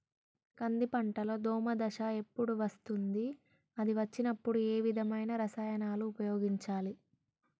కంది పంటలో దోమ దశ ఎప్పుడు వస్తుంది అది వచ్చినప్పుడు ఏ విధమైన రసాయనాలు ఉపయోగించాలి?